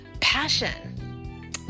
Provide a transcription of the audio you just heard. passion